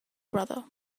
brother